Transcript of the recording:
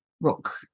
rock